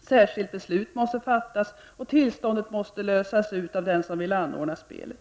Särskilt beslut måste fattas och tillståndet måste lösas ut av den som vill anordna spelet.